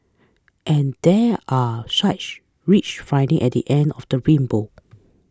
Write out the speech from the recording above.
and there are rich finding at the end of the rainbow